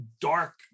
dark